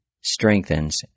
strengthens